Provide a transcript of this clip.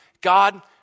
God